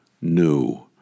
new